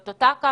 את אותה קפסולה,